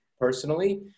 personally